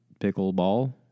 pickleball